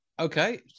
Okay